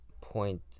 point